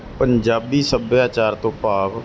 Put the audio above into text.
ਪੰਜਾਬੀ ਸੱਭਿਆਚਾਰ ਤੋਂ ਭਾਵ